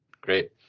great